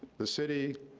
the city,